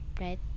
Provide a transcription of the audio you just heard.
right